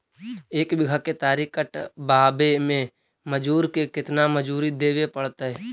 एक बिघा केतारी कटबाबे में मजुर के केतना मजुरि देबे पड़तै?